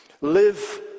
Live